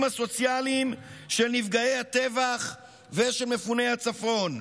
הסוציאליים של נפגעי הטבח ושל מפוני הצפון.